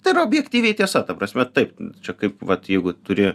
tai yra objektyviai tiesa ta prasme taip čia kaip vat jeigu turi